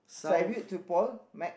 tribute to Paul-Mc